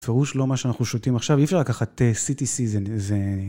בפירוש לא מה שאנחנו שותים עכשיו, אי אפשר לקחת city season זה...